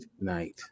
night